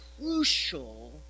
crucial